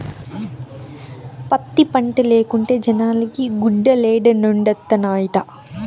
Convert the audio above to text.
పత్తి పంటే లేకుంటే జనాలకి గుడ్డలేడనొండత్తనాయిట